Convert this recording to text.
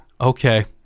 okay